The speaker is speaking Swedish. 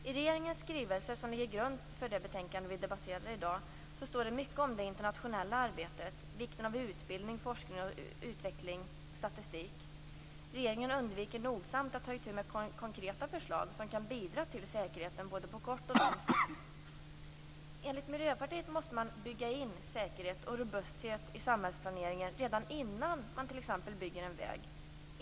I regeringens skrivelse, som ligger till grund för det betänkande som vi debatterar i dag, står det mycket om det internationella arbetet och om vikten av utbildning, forskning och utveckling samt statistik. Regeringen undviker nogsamt att ta itu med konkreta förslag som kan bidra till säkerheten både på kort och lång sikt. Enligt Miljöpartiet måste man bygga in säkerhet och robusthet i samhällsplaneringen redan innan man t.ex. bygger en väg.